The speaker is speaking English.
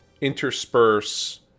intersperse